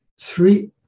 three